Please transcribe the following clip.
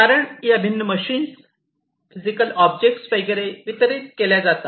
कारण या भिन्न मशीन्स फिजिकल ऑब्जेक्ट्स वगैरे वितरीत केल्या जातात